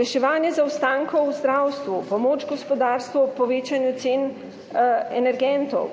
Reševanje zaostankov v zdravstvu, pomoč gospodarstvu ob povečanju cen energentov,